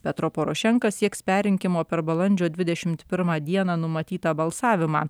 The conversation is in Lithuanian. petro porošenka sieks perrinkimo per balandžio dvidešimt pirmą dieną numatytą balsavimą